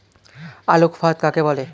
আলোক ফাঁদ কাকে বলে?